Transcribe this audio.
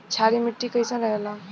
क्षारीय मिट्टी कईसन रहेला?